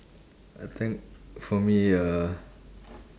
I think for me uh